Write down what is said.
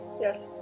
Yes